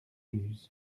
luz